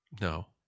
No